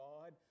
God